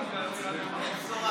תן בשורה,